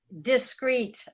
discrete